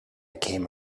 came